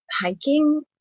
hiking